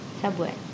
subway